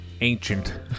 ancient